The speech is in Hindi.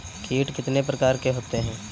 कीट कितने प्रकार के होते हैं?